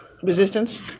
Resistance